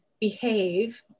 behave